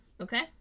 okay